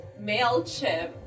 Mailchimp